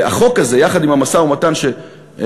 והחוק הזה, יחד עם המשא-ומתן שנפתח,